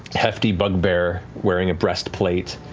hefty bugbear wearing a breastplate